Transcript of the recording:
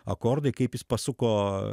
akordai kaip jis pasuko